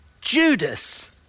Judas